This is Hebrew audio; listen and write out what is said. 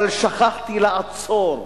אבל שכחתי לעצור,